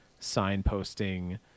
signposting